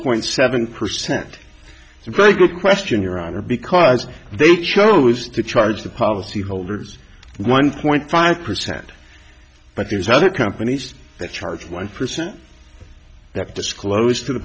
point seven percent so great good question your honor because they chose to charge the policyholders one point five percent but there's other companies that charge one percent that disclosed to the